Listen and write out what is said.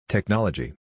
Technology